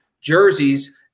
jerseys